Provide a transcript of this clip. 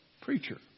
preacher